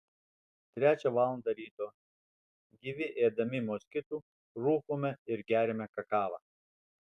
trečią valandą ryto gyvi ėdami moskitų rūkome ir geriame kakavą